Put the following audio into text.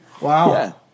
Wow